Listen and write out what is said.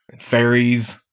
Fairies